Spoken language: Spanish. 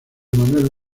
manuel